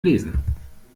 lesen